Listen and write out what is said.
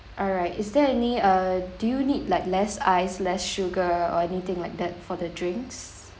alright is there any uh do you need like less ice less sugar or anything like that for the drinks